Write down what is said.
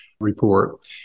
report